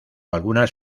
algunas